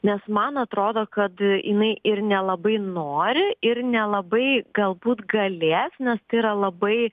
nes man atrodo kad jinai ir nelabai nori ir nelabai galbūt galės nes tai yra labai